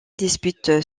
dispute